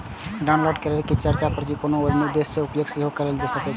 download कैल जमा पर्ची के कोनो आन उद्देश्य सं उपयोग सेहो कैल जा सकैए